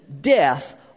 death